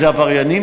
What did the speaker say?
זה עבריינים,